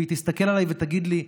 והיא תסתכל עליי ותגיד לי: